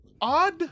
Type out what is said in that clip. odd